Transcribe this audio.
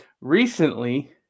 Recently